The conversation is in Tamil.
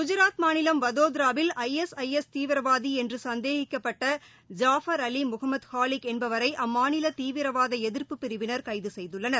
குஜராத் மாநிலம் வதோதராவில் ஐ எஸ் ஐ எஸ் தீவிரவாதி என்ற சந்தேகிக்கப்பட்ட ஜாபா் அலீன் முகமது ஹாலிக் என்பவரை அம்மாநில தீவிரவாத எதிர்ப்பு பிரிவினர் கைது செய்துள்ளனர்